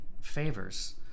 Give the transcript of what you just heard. favors